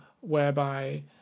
whereby